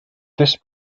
this